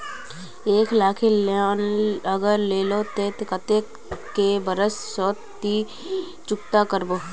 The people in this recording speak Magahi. एक लाख केर लोन अगर लिलो ते कतेक कै बरश सोत ती चुकता करबो?